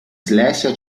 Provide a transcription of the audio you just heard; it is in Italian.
slesia